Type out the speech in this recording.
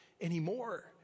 anymore